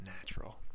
Natural